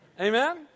Amen